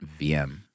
VM